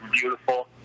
beautiful